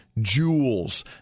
Jewels